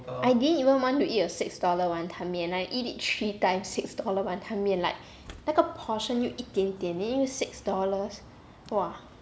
I didn't even want to eat six dollar wanton mee and I eat it three times six dollar wanton mee and like 那个 a portion 又一点点 then 又是 six dollars !wah!